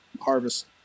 Harvest